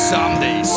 Someday